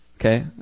Okay